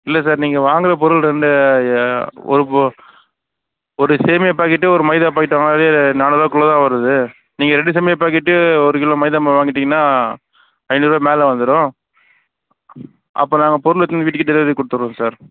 இல்லை சார் நீங்கள் வாங்கிற பொருள் ரெண்டு ஒரு பொருள் ஒரு சேமியா பாக்கெட்டு ஒரு மைதா பாக்கெட்டு வாங்குனாலே இது நானூறுரூவாக்குள்ள தான் வருது நீங்கள் ரெண்டு சேமியா பாக்கெட்டு ஒரு கிலோ மைதா மாவு வாங்கிவிட்டீங்கன்னா ஐந்நூறுரூவா மேலே வந்துடும் அப்போ நாங்கள் பொருள் எடுத்துகிட்டு வந்து வீட்டுக்கே டெலிவரி கொடுத்துட்றோம் சார்